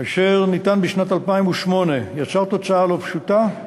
אשר ניתן בשנת 2008, יצר תוצאה לא פשוטה,